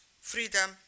freedom